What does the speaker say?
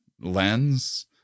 lens